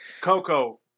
Coco